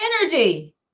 energy